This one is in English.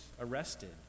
arrested